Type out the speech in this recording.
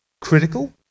critical